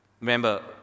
Remember